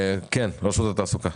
כן, רשות התעסוקה.